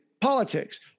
politics